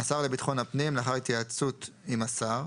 (ז)השר לביטחון פנים, לאחר התייעצות עם השר,